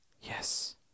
Yes